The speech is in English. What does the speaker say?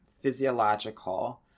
physiological